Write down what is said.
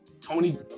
Tony